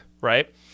right